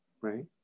right